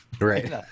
Right